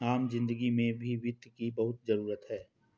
आम जिन्दगी में भी वित्त की बहुत जरूरत है